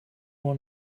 one